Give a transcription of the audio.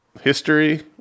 history